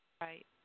Right